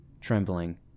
trembling